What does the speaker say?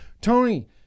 Tony